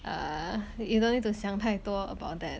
err you don't need to 想太多 about that